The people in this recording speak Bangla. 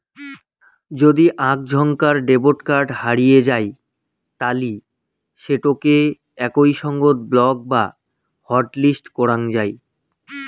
যদি আক ঝন্কার ডেবট কার্ড হারিয়ে যাই তালি সেটোকে একই সঙ্গত ব্লক বা হটলিস্ট করাং যাই